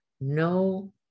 No